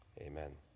Amen